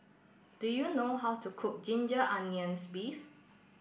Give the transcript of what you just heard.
do you know how to cook Ginger Onions Beef